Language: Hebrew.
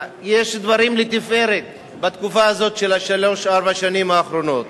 יש דברים לתפארת בתקופה הזאת של שלוש-ארבע השנים האחרונות.